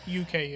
UK